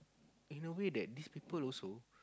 in a way that these people also